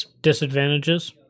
disadvantages